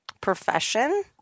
Profession